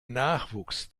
nachwuchs